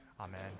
Amen